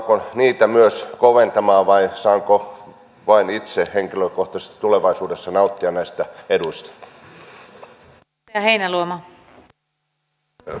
tullaanko niitä myös koventamaan vai saanko vain itse henkilökohtaisesti tulevaisuudessa nauttia näistä eduista